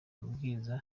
amabwiriza